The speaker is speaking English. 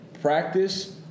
Practice